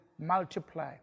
multiply